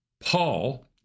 Paul